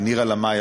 לנירה לאמעי,